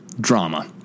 drama